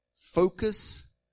focus